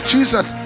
Jesus